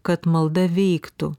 kad malda veiktų